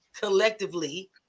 collectively